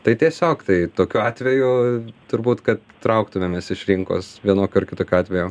tai tiesiog tai tokiu atveju turbūt kad trauktumėmės iš rinkos vienokiu ar kitokiu atveju